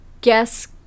guess